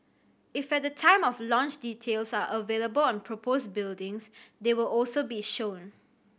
if at time of launch details are available on proposed buildings they will also be shown